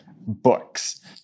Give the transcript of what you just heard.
books